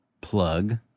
plug